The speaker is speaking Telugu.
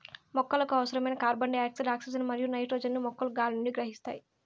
మొక్కలకు అవసరమైన కార్బన్డయాక్సైడ్, ఆక్సిజన్ మరియు నైట్రోజన్ ను మొక్కలు గాలి నుండి గ్రహిస్తాయి